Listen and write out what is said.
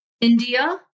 India